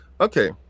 okay